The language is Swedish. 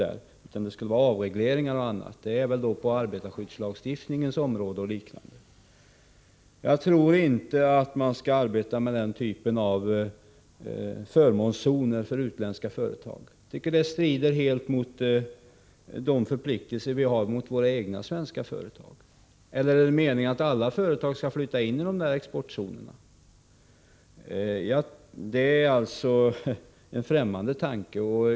Det skulle ske avregleringar och annat, i så fall förmodligen på arbetarskyddslagstiftningens område och liknande. Jag tror inte att man skall arbeta med den typen av förmånszoner för utländska företag. Det strider helt mot de förpliktelser som vi har mot våra egna svenska företag. Eller skall alla företag flytta in i exportzonerna? Det är en främmande tanke.